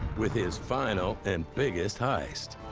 with his final and biggest heist.